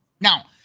Now